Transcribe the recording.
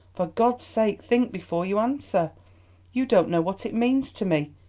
for god's sake think before you answer you don't know what it means to me.